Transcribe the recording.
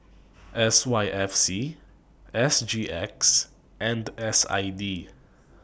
S Y F C S G X and S I D